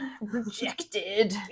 Rejected